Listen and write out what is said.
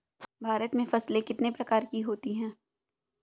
भारत में फसलें कितने प्रकार की होती हैं?